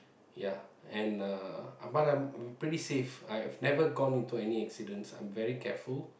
ya and uh but I'm pretty save I have never gone into any accidents I'm very careful